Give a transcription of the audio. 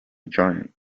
giant